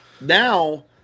Now